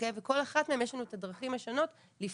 וכל אחת מהן יש לנו את הדרכים השונות לפעול,